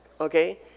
Okay